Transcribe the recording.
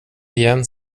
igen